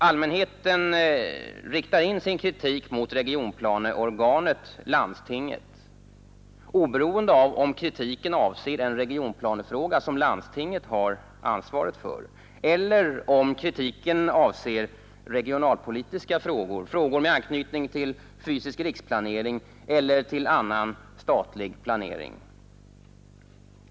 Allmänheten riktar in sin kritik mot regionplaneorganet, landstinget, oberoende av om kritiken avser en regionplanefråga som landstinget har ansvaret för eller om kritiken avser regionalpolitiska frågor, frågor med anknytning till fysisk riksplanering eller till annan statlig planering.